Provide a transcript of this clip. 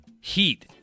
Heat